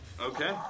Okay